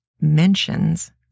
mentions